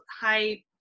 high